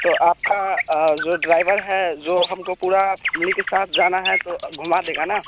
तो आपका जो ड्राईवर है जो हमको पूरइ फैमली के साथ जाना है तो घुमा देगा ना